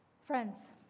Friends